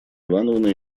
ивановна